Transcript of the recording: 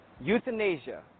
euthanasia